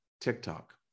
TikTok